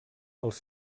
els